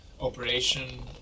operation